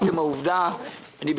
זה לא